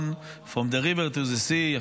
From the river to the sea Israel will be free,